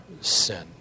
sin